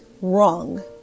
wrong